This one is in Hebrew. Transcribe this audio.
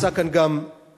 נמצא כאן גם ידידי,